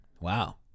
wow